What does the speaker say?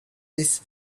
this